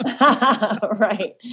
Right